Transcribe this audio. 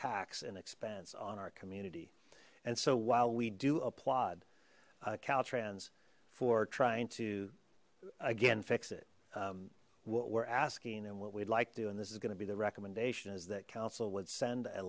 tax and expense on our community and so while we do applaud caltrans for trying to again fix it what we're asking and what we'd like to do and this is going to be the recommendation is that council would send a